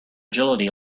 agility